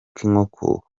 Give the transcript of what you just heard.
k’inkoko